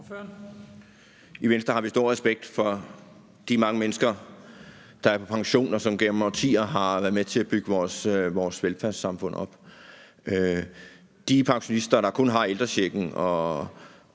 I Venstre har vi stor respekt for de mange mennesker, der er på pension, og som gennem årtier har været med til at bygge vores velfærdssamfund op. De pensionister, der kun har pensionen og